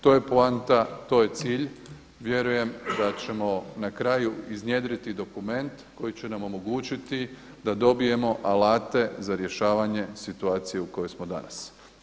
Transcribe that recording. To je poanta, to je cilj, vjerujem da ćemo na kraju iznjedriti dokument koji će nam omogućiti da dobijemo alate za rješavanje situacije u kojoj smo danas.